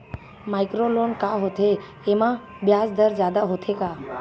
Micro loan का होथे येमा ब्याज दर जादा होथे का?